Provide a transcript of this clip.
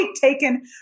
taken